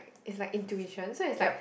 is like intuition so is like